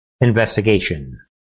investigation